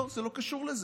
לא, זה לא קשור לזה,